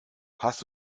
hast